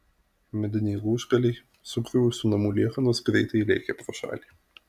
mediniai lūžgaliai sugriuvusių namų liekanos greitai lėkė pro šalį